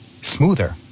smoother